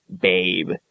babe